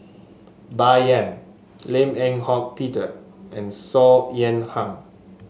Bai Yan Lim Eng Hock Peter and Saw Ean Ang